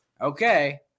okay